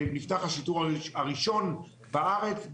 נפתח השיטור הראשון בארץ,